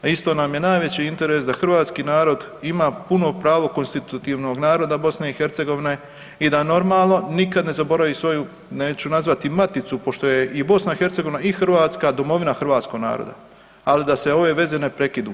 A isto nam je najveći interes da hrvatski narod ima puno pravo konstitutivnog naroda BiH i da normalno nikad ne zaboravi svoju neću nazvati maticu pošto je i BiH i Hrvatska domovina hrvatskog naroda, al da se ove veze ne prekinu.